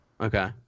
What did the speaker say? Okay